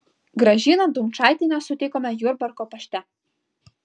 gražiną dumčaitienę sutikome jurbarko pašte